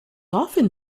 often